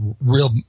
real